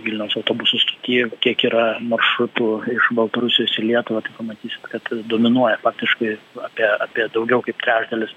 vilniaus autobusų stoty tiek kiek yra maršrutų iš baltarusijos į lietuvą pamatysit kad dominuoja faktiškai apie apie daugiau kaip trečdalis